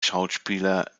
schauspieler